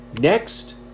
Next